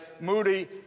Moody